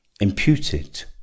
imputed